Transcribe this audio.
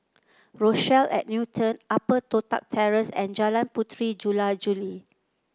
Rochelle At Newton Upper Toh Tuck Terrace and Jalan Puteri Jula Juli